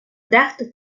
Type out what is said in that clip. дехто